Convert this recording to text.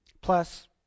Plus